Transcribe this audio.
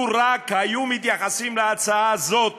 לו רק היו מתייחסים להצעה הזאת